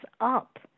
up